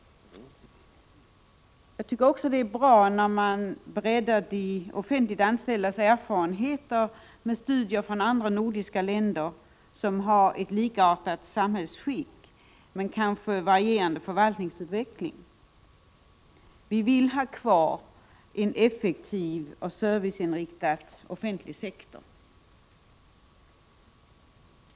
Jag tycker också det är bra att man breddar de offentliganställdas erfarenheter med studier från andra nordiska länder, vilka har ett samhällsskick som är likartat vårt men kanske varierande förvaltningsutveckling. Vi vill ha kvar en effektiv och serviceinriktad offentlig sektor.